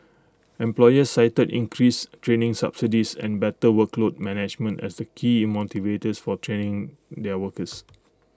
employers cited increased training subsidies and better workload management as the key motivators for training their workers